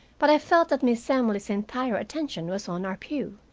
but i felt that miss emily's entire attention was on our pew,